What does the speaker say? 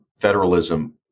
federalism